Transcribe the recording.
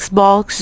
Xbox